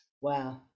Wow